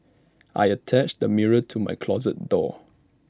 I attached A mirror to my closet door